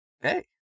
hey